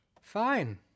Fine